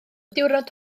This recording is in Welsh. diwrnod